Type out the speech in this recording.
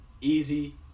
easy